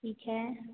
ठीक है